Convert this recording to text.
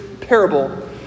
parable